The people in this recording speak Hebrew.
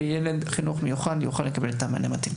וילד בחינוך המיוחד יוכל לקבל את המענה המתאים לו.